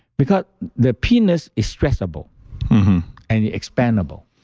because the penis is stretchable and expandable,